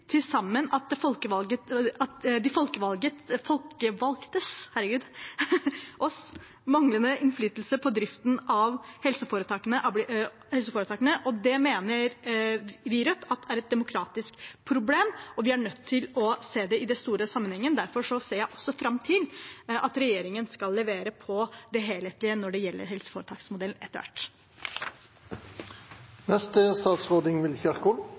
de folkevalgtes manglende innflytelse på driften av helseforetakene. Det mener vi i Rødt at er et demokratisk problem, og vi er nødt til å se det i den store sammenhengen. Derfor ser jeg også fram til at regjeringen etter hvert skal levere på det helhetlige når det gjelder helseforetaksmodellen.